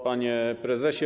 Panie Prezesie!